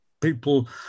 people